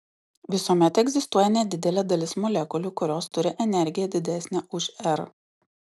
visuomet egzistuoja nedidelė dalis molekulių kurios turi energiją didesnę už r